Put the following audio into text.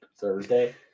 Thursday